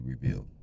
revealed